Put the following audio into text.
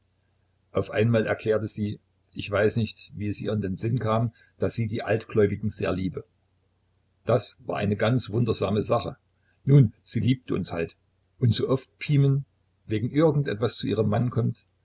auf einmal erklärte sie ich weiß nicht wie es ihr in den sinn kam daß sie die altgläubigen sehr liebe das war eine ganz wundersame sache nun sie liebt uns halt und so oft pimen wegen irgendetwas zu ihrem manne kommt